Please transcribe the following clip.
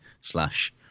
slash